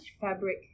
fabric